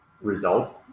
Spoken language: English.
result